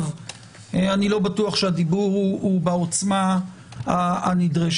אני לא בטוח שהדיבור הוא בעצמה הנדרשת.